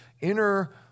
inner